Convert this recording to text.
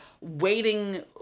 waiting